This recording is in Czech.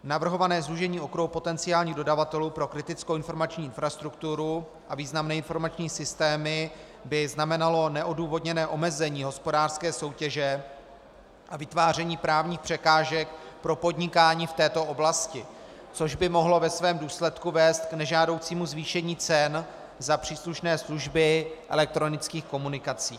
Navrhované zúžení okruhu potenciálních dodavatelů pro kritickou informační infrastrukturu a významné informační systémy by znamenalo neodůvodněné omezení hospodářské soutěže a vytváření právních překážek pro podnikání v této oblasti, což by mohlo ve svém důsledku vést k nežádoucímu zvýšení cen za příslušné služby elektronických komunikací.